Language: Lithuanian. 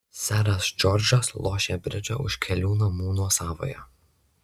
seras džordžas lošė bridžą už kelių namų nuo savojo